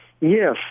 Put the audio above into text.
Yes